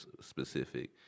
specific